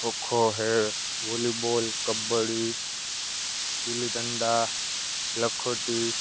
ખોખો છે વોલીબોલ કબડ્ડી ગિલી ડંડા લખોટી